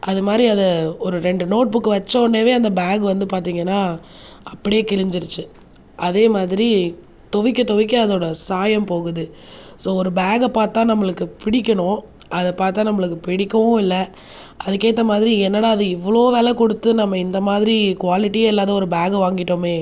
அது மாதிரி அதை ஒரு ரெண்டு நோட் புக் வச்சவொன்னேவே அந்த பேக் வந்து பார்த்தீங்கன்னா அப்படியே கிழிஞ்சிருச்சு அதே மாதிரி துவைக்க துவைக்க அதோடய சாயம் போகுது ஸோ ஒரு பேக்கை பார்த்தால் நம்மளுக்கு பிடிக்கனும் அதைப் பார்த்தால் நம்மளுக்கு பிடிக்கவும் இல்லை அதுக்கேற்ற மாதிரி என்னடா இது இவ்வளோ விலைக் கொடுத்து நம்ம இந்த மாதிரி குவாலிட்டியே இல்லாத ஒரு பேக்கை வாங்கிட்டோமே